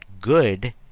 good